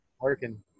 working